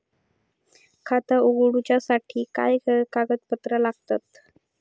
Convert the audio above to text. खाता उगडूच्यासाठी काय कागदपत्रा लागतत?